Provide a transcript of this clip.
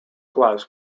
class